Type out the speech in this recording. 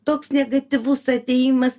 toks negatyvus atėjimas